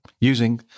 using